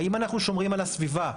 האם אנחנו שומרים על הסביבה,